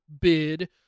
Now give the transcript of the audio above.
bid